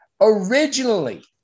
Originally